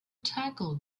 tackle